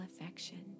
affection